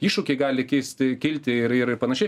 iššūkiai gali kisti kilti ir ir panašiai